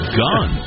gun